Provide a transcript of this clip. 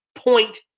Point